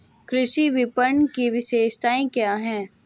कृषि विपणन की विशेषताएं क्या हैं?